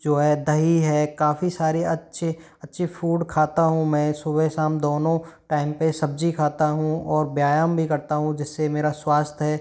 जो है दही है काफ़ी सारी अच्छी अच्छी फ़ूड खाता हूँ मैं सुबह शाम दोनों टाइम पर सब्जी खाता हूँ और व्यायाम भी करता हूँ जिससे मेरा स्वास्थ्य है